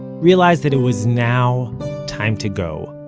realized that it was now time to go.